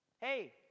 hey